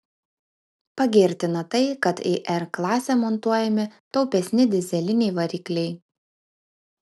pagirtina tai kad į r klasę montuojami taupesni dyzeliniai varikliai